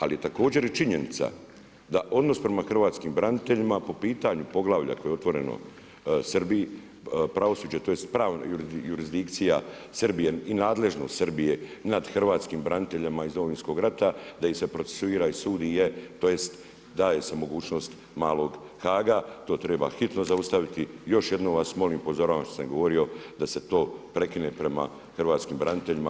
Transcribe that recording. Ali je također i činjenica da odnos prema hrvatskom braniteljima po pitanju poglavalja koje je otvoreno Srbiji, pravosuđe, tj. pravna jurisdikcija Srbije i nadležnost Srbije nad hrvatskim braniteljima iz Domovinskog rata da ih se procesuira i sudi je, tj. daje se mogućnost malog HAG-a, to treba hitno zaustaviti, još jednom vas molim, upozoravam vas što sam govorio da se to prekine prema hrvatskim braniteljima.